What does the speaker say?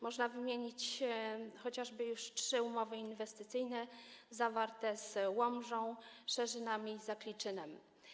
Można wymienić chociażby już trzy umowy inwestycyjne zawarte z Łomżą, Szerzynami i Zakliczynem.